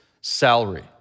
salary